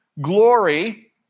glory